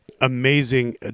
amazing